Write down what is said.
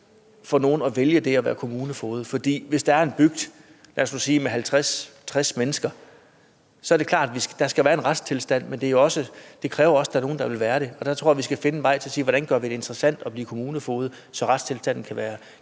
for nogen at vælge det at være kommunefoged, for hvis det er i en bygd, lad os sige med 50-60 mennesker, er det klart, at der skal være en retstilstand, men det kræver også, at der er nogen, der vil være det. Og derfor tror jeg, vi skal finde vejen ved at stille spørgsmålet: Hvordan gør vi det interessant at blive kommunefoged, så retstilstanden kan være